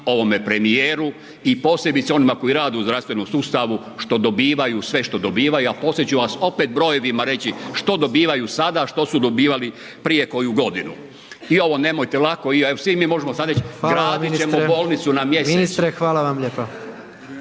ovome premijeru i posebice onima koji rade u zdravstvenom sustavu sve što dobivaju, a poslije ću opet brojevima reći što dobivaju sada, a što su dobivali prije koju godinu. Svi mi možemo sada reći gradit ćemo bolnicu na mjesecu.